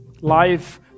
Life